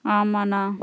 ஆமாண்ணா